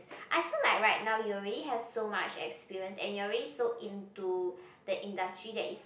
I feel like right now you already have so much experience and you are already so into that industry that is